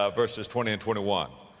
ah verses twenty and twenty one,